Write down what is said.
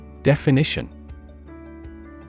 Definition